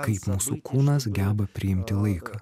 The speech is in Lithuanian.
kaip mūsų kūnas geba priimti laiką